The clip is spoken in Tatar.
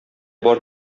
бар